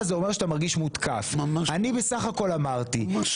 זה ההבדל בין צבוע, בין צבועים, לאנשים ישרים.